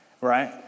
right